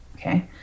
Okay